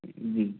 जी